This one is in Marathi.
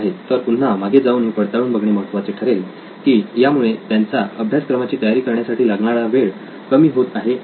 तर पुन्हा मागे जाऊन हे पडताळून बघणे महत्त्वाचे ठरेल कि यामुळे त्यांचा अभ्यासक्रमाची तयारी करण्यासाठी लागणारा वेळ कमी होत आहे की नाही